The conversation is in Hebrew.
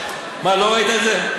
מה, לא ראית את זה?